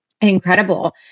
incredible